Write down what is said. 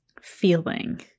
feeling